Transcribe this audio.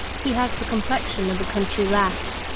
he has the com plexion of a country lass.